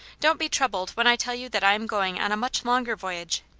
don't be troubled when i tell you that i am going on a much longer voyage,